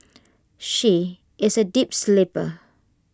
she is A deep sleeper